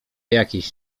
jakieś